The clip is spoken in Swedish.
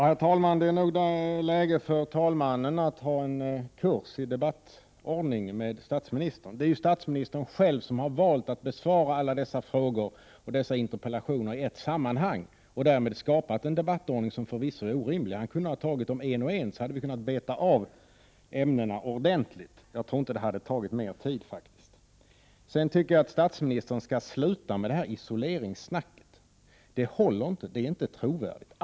Herr talman! Det är nog läge för talmannen att ha en kurs i debattordning med statsministern. Det är ju statsministern själv som har valt att besvara alla dessa frågor och interpellationer i ett sammanhang och därmed skapat en debattordning som förvisso är orimlig, Han kunde ha tagit dem en och en, så hade vi kunnat betat av ämnena ordentligt. Jag tror inte att det hade tagit mer tid, faktiskt. Sedan tycker jag att statsministern skall sluta med det här isoleringssnacket. Det håller inte. Det är inte trovärdigt.